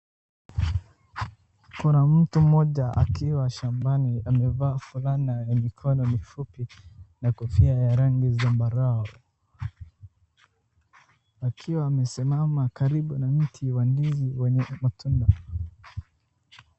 Kuna mtu mmoja akiwa shambani amevaa fulana ya mikono mifupi na kofia ya rangi zambarau, akiwa amesimama karibu na mti wa ndizi wenye matunda.